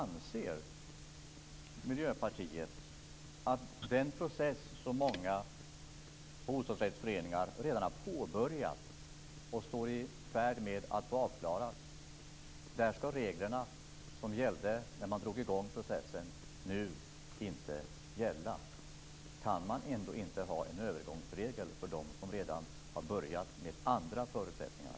Anser Miljöpartiet att reglerna för den process som många bostadsrättsföreningar redan har påbörjat och står i färd med att få avslutat nu inte skall gälla? Går det inte att ha en övergångsregel för dem som redan har börjat med andra förutsättningar?